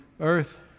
earth